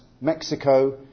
Mexico